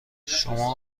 شما